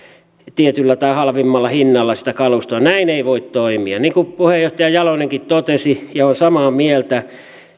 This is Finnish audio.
tietyllä tai halvimmalla hinnalla sitä kalustoa näin ei voi toimia niin kuin puheenjohtaja jalonenkin totesi ja olen samaa mieltä